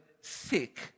sick